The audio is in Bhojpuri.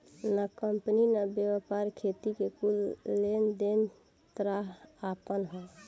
ना कंपनी ना व्यापार, खेती के कुल लेन देन ताहार आपन ह